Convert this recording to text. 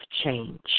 change